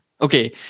Okay